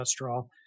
cholesterol